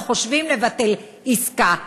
או חושבים לבטל עסקה,